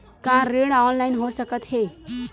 का ऋण ऑनलाइन हो सकत हे?